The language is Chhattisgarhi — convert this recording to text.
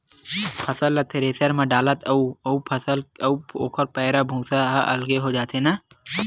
फसल ल थेरेसर म डालत जा अउ फसल अउ ओखर पैरा, भूसा ह अलगे हो जाथे न